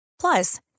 Plus